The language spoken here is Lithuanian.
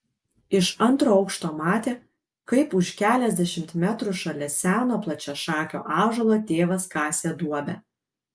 iš antro aukšto matė kaip už keliasdešimt metrų šalia seno plačiašakio ąžuolo tėvas kasė duobę